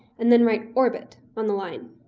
and then write orbit on the line.